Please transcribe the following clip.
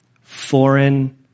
foreign